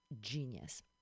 Genius